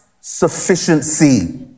sufficiency